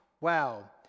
Wow